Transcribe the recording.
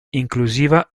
inclusiva